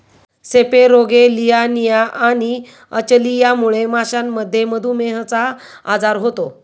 सेपेरोगेलियानिया आणि अचलियामुळे माशांमध्ये मधुमेहचा आजार होतो